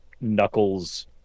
Knuckles